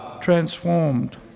transformed